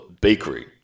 bakery